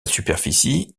superficie